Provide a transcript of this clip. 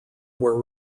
were